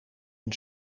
een